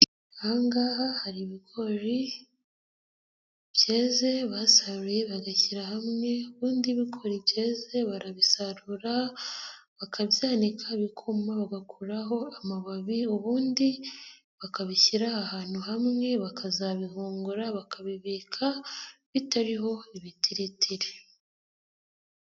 Ahaha hari ibigori byeze basaruye bagashyira hamwe ubundi bigori ibyeze barabisarura, bakabika bikuma bagakuraho amababi, ubundi bakabishyira ahantu hamwe bakazabihura, bakabibika bitariho ibitiritiri.